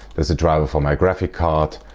there's a driver for my graphic card,